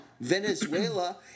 Venezuela